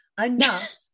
enough